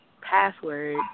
password